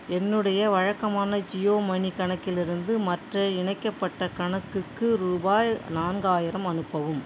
என்னுடைய வழக்கமான ஜியோ மணி கணக்கிலிருந்து மற்ற இணைக்கப்பட்ட கணக்குக்கு ரூபாய் நான்காயிரம் அனுப்பவும்